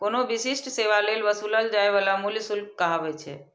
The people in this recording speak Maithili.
कोनो विशिष्ट सेवा लेल वसूलल जाइ बला मूल्य शुल्क कहाबै छै